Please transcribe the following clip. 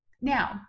now